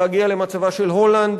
להגיע למצבה של הולנד,